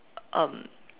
um